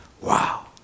wow